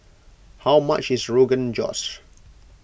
how much is Rogan Josh